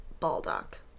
Baldock